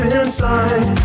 inside